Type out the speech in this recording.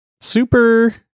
super